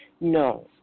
No